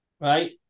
Right